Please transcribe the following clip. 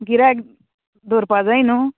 गिरायक दवरपा जाय न्हू